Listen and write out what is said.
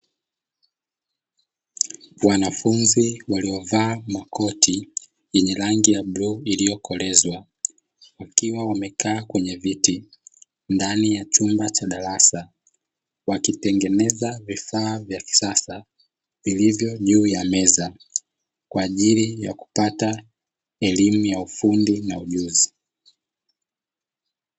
Wanafunzi waliovaa makoti yenye rangi ya bluu iliyokolezwa. Wakiwa wamekaa kwenye viti ndani ya chumba cha darasa. Wakitengeneza vifaa vya kisasa vilivyo juu ya meza, kwa ajili ya kupata elimu ya ufundi na ujuzi.